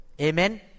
Amen